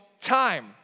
time